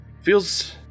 Feels